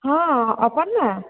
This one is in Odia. ହଁ ଅପର୍ଣ୍ଣା